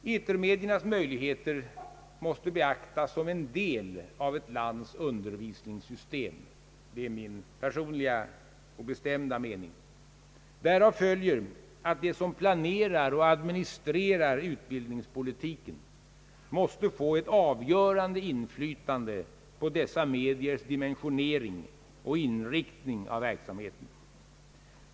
Etermediernas möjligheter måste beaktas som en del av ett lands undervisningssystem. Det är min personliga och bestämda mening. Därav följer att de som planerar och administrerar utbildningspolitiken måste få ett avgörande inflytande på dessa mediers dimensionering och inriktningen av verksamheten.